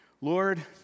Lord